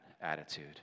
attitude